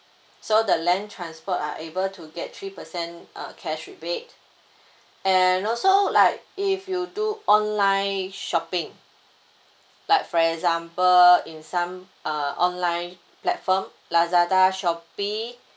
so the land transport are able to get three percent uh cash rebate and also like if you do online shopping like for example in some uh online platform Lazada Shopee